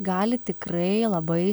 gali tikrai labai